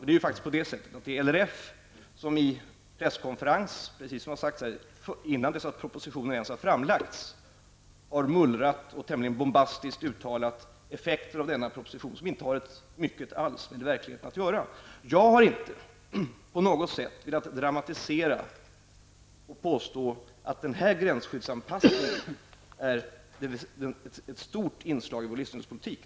Det är faktiskt RLF som vid en presskonferens, precis som har sagts här, innan propositionen ens var framlagd, har mullrat och tämligen bombastiskt uttalat effekter av denna proposition som inte har mycket med verkligheten att göra. Jag har inte på något sätt velat dramatisera och påstå att den här gränsskyddsanpassningen är ett stort inslag i vår livsmedelspolitik.